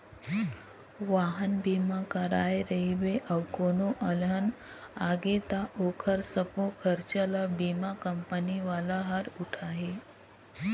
वाहन बीमा कराए रहिबे अउ कोनो अलहन आगे त ओखर सबो खरचा ल बीमा कंपनी वाला हर उठाही